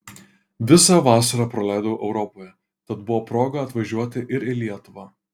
visą vasarą praleidau europoje tad buvo proga atvažiuoti ir į lietuvą